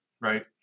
right